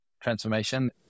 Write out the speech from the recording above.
transformation